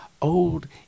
old